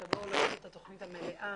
תבואו לראות את התוכנית המלאה.